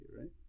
right